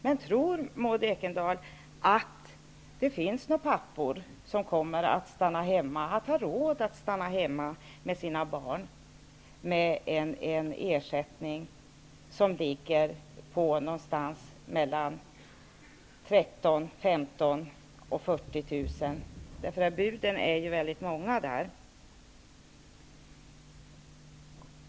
Men tror Maud Ekendahl att några pappor kommer att ha råd att stanna hemma med sina barn om ersättningen är 13 000, 15 000 eller 40 000 kr. -- buden är ju många?